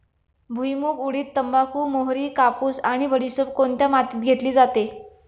भुईमूग, उडीद, तंबाखू, मोहरी, कापूस आणि बडीशेप कोणत्या मातीत घेतली जाते?